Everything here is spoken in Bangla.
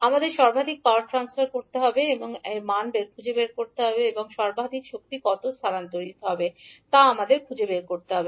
আমাদের সর্বাধিক পাওয়ার ট্রান্সফার হবে এমন এর মান খুঁজে বের করতে হবে এবং সর্বাধিক শক্তি কত স্থানান্তরিত হবে তা আমাদের খুঁজে বের করতে হবে